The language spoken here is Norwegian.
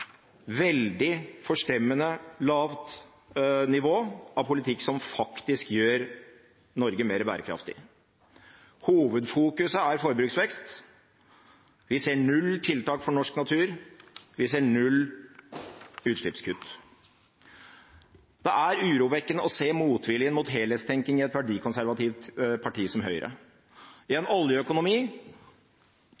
veldig forstemmende lavt nivå av politikk som faktisk gjør Norge mer bærekraftig. Hovedfokuset er forbruksvekst. Vi ser null tiltak for norsk natur, vi ser null utslippskutt. Det er urovekkende å se motviljen mot helhetstenking i et verdikonservativt parti som Høyre. I